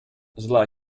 зла